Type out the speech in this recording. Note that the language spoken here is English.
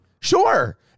sure